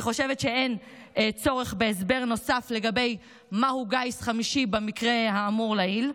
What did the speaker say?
אני חושבת שאין צורך בהסבר נוסף לגבי מהו גיס חמישי במקרה האמור לעיל.